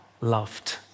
loved